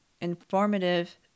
informative